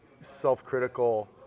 self-critical